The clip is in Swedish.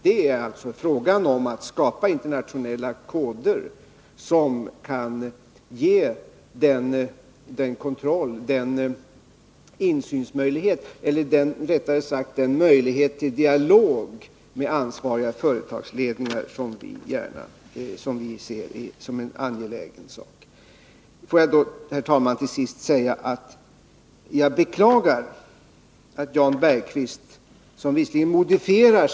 Det är alltså fråga om att skapa internationella koder som kan ge insynsmöjligheter, eller rättare sagt möjligheter till en sådan dialog med ansvariga företagsledningar som vi finner vara angelägen. Får jag, herr talman, till sist säga att jag beklagar att Jan Bergqvist har den inställning som han har.